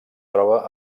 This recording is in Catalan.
troba